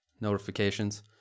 Notifications